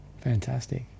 Fantastic